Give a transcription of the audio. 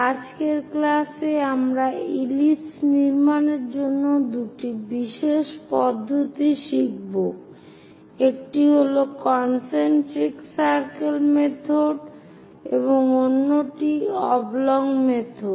আজকের ক্লাসে আমরা ইলিপস নির্মাণের জন্য দুটি বিশেষ পদ্ধতি শিখব একটি হল কন্সেট্রিক সার্কেল মেথড এবং অন্যটি অবলং মেথড